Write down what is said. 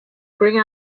bring